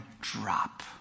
drop